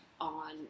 on